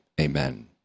Amen